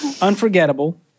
Unforgettable